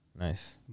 Nice